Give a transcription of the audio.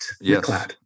Yes